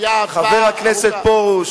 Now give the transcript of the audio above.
היתה הצבעה ארוכה.